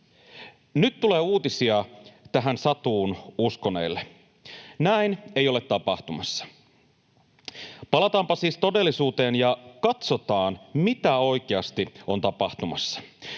Nyt tulee uutisia tähän satuun uskoneille: näin ei ole tapahtumassa. Palataanpa siis todellisuuteen ja katsotaan, mitä oikeasti on tapahtumassa.